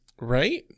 Right